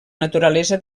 naturalesa